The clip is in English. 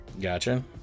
Gotcha